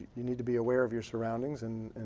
you need to be aware of your surroundings and